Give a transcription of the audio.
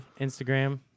Instagram